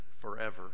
forever